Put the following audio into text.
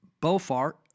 Beaufort